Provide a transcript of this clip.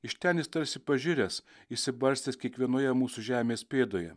iš ten jis tarsi pažiręs išsibarstęs kiekvienoje mūsų žemės pėdoje